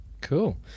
Cool